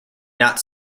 not